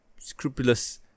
Scrupulous